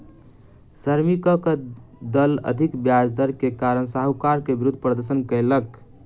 श्रमिकक दल अधिक ब्याज दर के कारण साहूकार के विरुद्ध प्रदर्शन कयलक